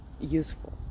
useful